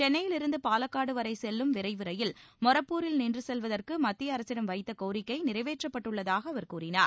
சென்னையிலிருந்து பாலக்காடு வரை செல்லும் விரைவு ரயில் மொரப்பூரில் நின்று செல்வதற்கு மத்திய அரசிடம் வைத்த கோரிக்கை நிறைவேற்றப்பட்டுள்ளதாக அவர் கூறினார்